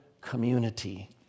community